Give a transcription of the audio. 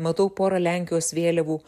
matau porą lenkijos vėliavų